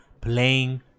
playing